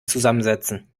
zusammensetzen